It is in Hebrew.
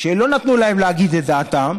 שלא נתנו להם להגיד את דעתם